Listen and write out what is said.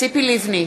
בעד ציפי לבני,